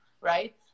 right